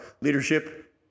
leadership